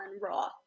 Raw